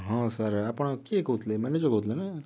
ହଁ ସାର୍ ଆପଣ କିଏ କହୁଥିଲେ ମ୍ୟାନେଜର କହୁଥିଲେ ନା